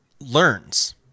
learns